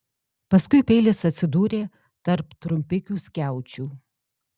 paskui peilis atsidūrė tarp trumpikių skiaučių